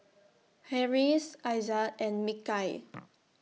Harris Aizat and Mikhail